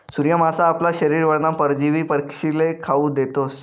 सूर्य मासा आपला शरीरवरना परजीवी पक्षीस्ले खावू देतस